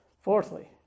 Fourthly